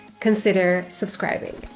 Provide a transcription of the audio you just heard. consider subscribing.